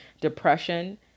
depression